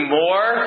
more